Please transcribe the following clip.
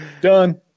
Done